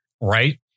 Right